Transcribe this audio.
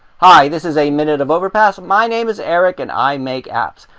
hi, this is a minute of overpass. my name is eric and i make apps.